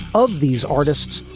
of these artists,